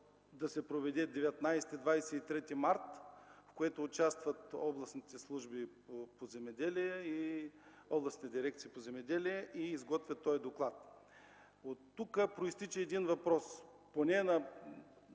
да се проведе от 19 до 23 март, в който участват областните служби „Земеделие”, областните дирекции по земеделие и да изготвят този доклад. Оттук произтича един въпрос.